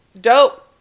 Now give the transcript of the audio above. Dope